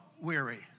weary